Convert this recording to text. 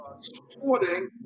supporting